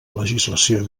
legislació